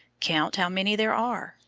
count how many there are,